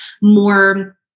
more